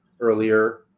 earlier